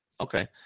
Okay